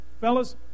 fellas